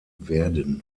werden